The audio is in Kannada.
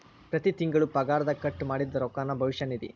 ಪ್ರತಿ ತಿಂಗಳು ಪಗಾರದಗ ಕಟ್ ಮಾಡಿದ್ದ ರೊಕ್ಕಾನ ಭವಿಷ್ಯ ನಿಧಿ